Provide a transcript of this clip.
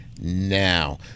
Now